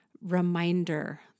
reminder